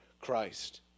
Christ